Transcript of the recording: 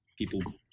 people